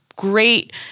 great